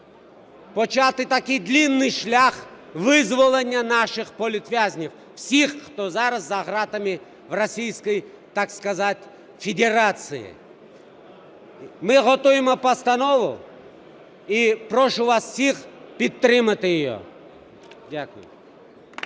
почати такий довгий шлях визволення наших політв'язнів всіх, хто зараз за ґратами в Російській, так би мовити, Федерації. Ми готуємо постанову і прошу вас всіх підтримати її. Дякую.